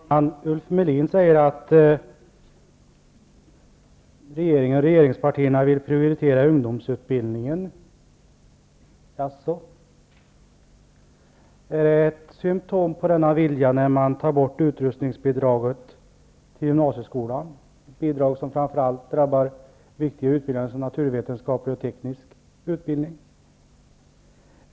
Herr talman! Ulf Melin säger att regeringen och regeringspartierna vill prioritera ungdomsutbildningen. Jaså? Är det ett symptom på denna vilja när man tar bort utrustningsbidraget till gymnasieskolan, en nedskärning som framför allt drabbar naturvetenskaplig och teknisk utbildning?